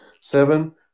Seven